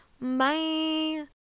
bye